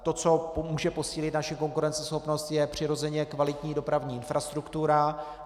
To, co může posílit naši konkurenceschopnost, je přirozeně kvalitní dopravní infrastruktura.